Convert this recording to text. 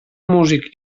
músic